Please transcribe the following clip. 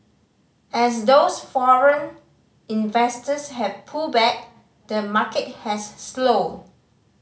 as those foreign investors have pulled back the market has slowed